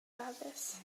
dafis